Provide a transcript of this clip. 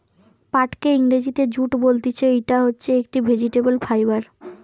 পাটকে ইংরেজিতে জুট বলতিছে, ইটা হচ্ছে একটি ভেজিটেবল ফাইবার